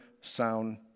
sound